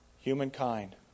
Humankind